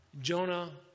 Jonah